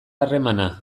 harremana